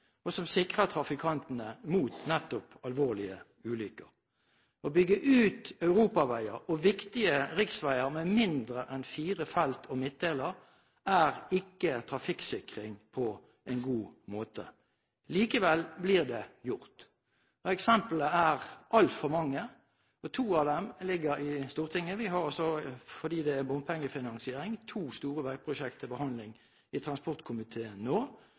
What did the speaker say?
og som sikrer trafikantene mot nettopp alvorlige ulykker. Å bygge ut europaveier og viktige riksveier med mindre enn fire felt og midtdelere er ikke trafikksikring på en god måte. Likevel blir det gjort. Eksemplene er altfor mange, og to av dem ligger i Stortinget. Fordi det gjelder bompengefinansiering, har vi to store veiprosjekter til behandling i transportkomiteen nå.